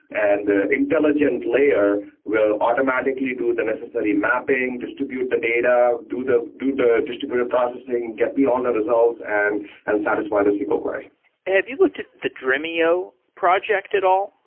and the intelligent layer will automatically do the necessary mapping, distribute the data, do the do the distributed processing and get me all and the results and and satisfy the single query have you looked at the dremio project at all?